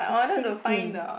the same